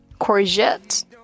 courgette